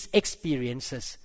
experiences